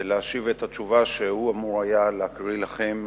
ולהשיב את התשובה שהוא אמור היה להקריא לכם,